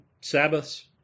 Sabbaths